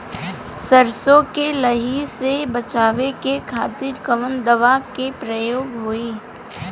सरसो के लही से बचावे के खातिर कवन दवा के प्रयोग होई?